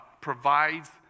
provides